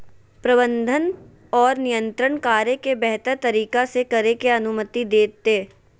प्रबंधन और नियंत्रण कार्य के बेहतर तरीका से करे के अनुमति देतय